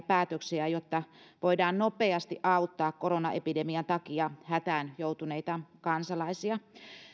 päätöksiä jotta voidaan nopeasti auttaa koronaepidemian takia hätään joutuneita kansalaisia